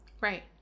Right